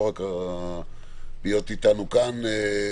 להיות איתנו כאן,